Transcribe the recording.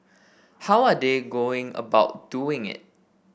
how are they going about doing it